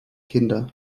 kinder